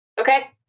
okay